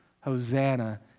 Hosanna